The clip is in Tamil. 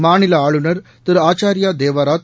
மாநில ஆளுநர் திரு ஆச்சாரியா தேவாராத்